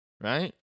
right